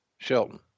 Shelton